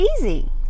easy